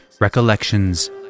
recollections